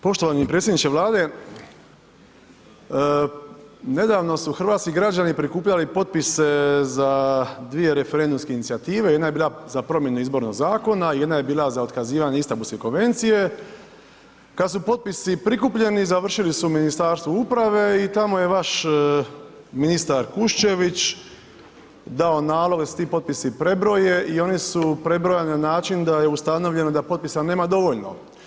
Poštovani predsjedniče Vlade, nedavno su hrvatski građani prikupljali potpise za dvije referendumske inicijative, jedna je bila za promjenu Izbornog zakona, jedna je bila za otkazivanje Istanbulske konvencije, kad su potpisi prikupljeni, završili su u Ministarstvu uprave i tamo je vaš ministar Kuščević dao nalog da se ti potpisi prebroje i oni su prebrojani na način da je ustanovljeno da potpisa nema dovoljno.